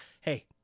Hey